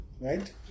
right